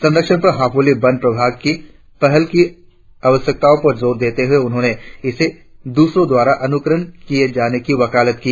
संरक्षण पर हैपोली वन प्रभाग की पहल की आवश्यकता पर जोर देते हुए उन्होंने इसे दूसरों द्वारा अनुकरण किया जाना की वकालत की